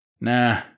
Nah